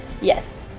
Yes